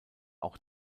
auch